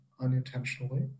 unintentionally